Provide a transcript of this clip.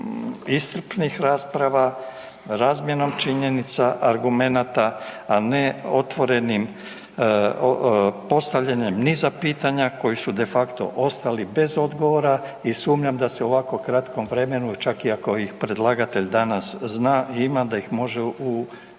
iscrpnih rasprava, razmjenom činjenica, argumenata a ne otvorenim postavljanjem niza pitanja koji su de facto ostali bez odgovora i sumnjam da se u ovako kratkom vremenu čak i ako ih predlagatelj danas zna, ima da ih može u